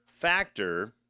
factor